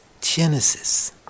Genesis